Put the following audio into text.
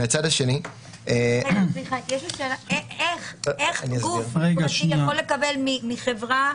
מצד שני --- איך גוף פרטי יכול לקבל מחברה,